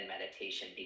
meditation